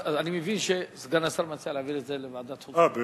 אני מבין שסגן השר מציע להעביר את זה לוועדת החוץ והביטחון.